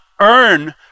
earn